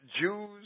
Jews